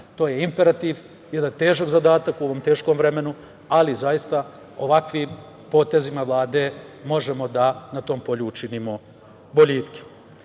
to je imperativ, jedan težak zadatak u ovom teškom vremenu, ali zaista ovakvim potezima Vlade možemo da na tom polju učinimo